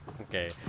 okay